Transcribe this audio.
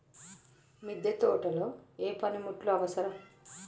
మిద్దె తోటలో ఏ పనిముట్లు అవసరం?